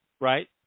Right